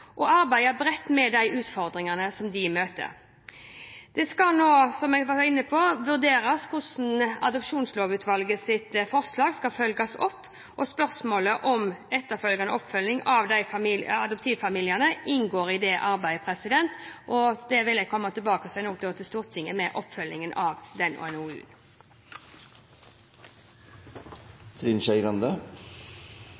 og arbeide bredt med de utfordringene som de møter. Det skal nå, som jeg var inne på, vurderes hvordan Adopsjonslovutvalgets forslag skal følges opp. Spørsmålet om etterfølgende oppfølging av adoptivfamiliene inngår i dette arbeidet, og jeg vil komme tilbake til Stortinget med oppfølgingen av